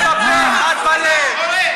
אחד בפה, אחד בלב.